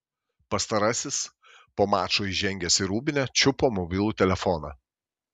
pastarasis po mačo įžengęs į rūbinę čiupo mobilų telefoną